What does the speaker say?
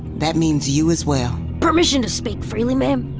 that means you as well permission to speak freely, ma'am?